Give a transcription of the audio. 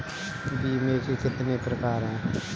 बीमे के कितने प्रकार हैं?